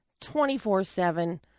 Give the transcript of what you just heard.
24/7